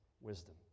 wisdom